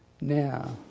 now